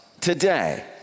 today